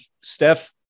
Steph